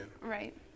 right